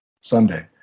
Sunday